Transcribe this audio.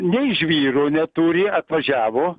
nei žvyro neturi atvažiavo